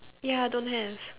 ya don't have